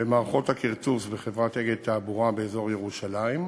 במערכות הכרטוס בחברת "אגד תעבורה" באזור ירושלים.